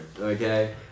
okay